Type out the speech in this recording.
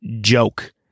joke